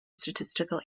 statistical